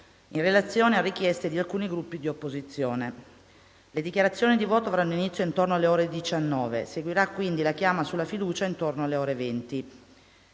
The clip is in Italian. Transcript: in relazione a richieste di alcuni Gruppi di opposizione. Le dichiarazioni di voto avranno inizio intorno alle ore 19. Seguirà quindi la chiama sulla fiducia, intorno alle ore 20.